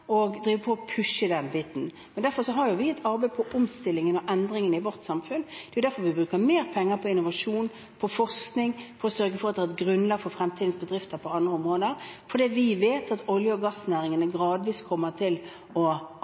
den biten. Derfor har vi et arbeid for omstillingen og endringene i vårt samfunn. Det er derfor vi bruker mer penger på innovasjon – på forskning, på å sørge for at det er grunnlag for fremtidens bedrifter på andre områder. Vi vet at olje- og gassnæringene gradvis kommer til å